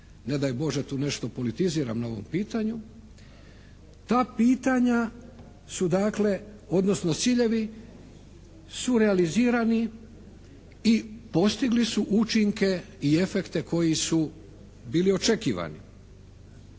ne daj Bože tu nešto politiziram na ovom pitanju, ta pitanja su dakle odnosno ciljevi su realizirani i postigli su učinke i efekte koji su bili očekivani.